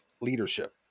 leadership